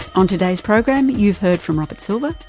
on today's program you've heard from robert sylla,